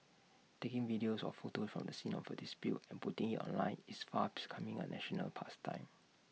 taking videos or photos from the scene of A dispute and putting IT online is far coming A national pastime